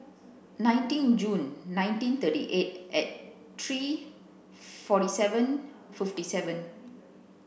nineteen June nineteen thirty eight three forty seven fifty seven